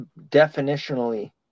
definitionally